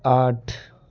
آٹھ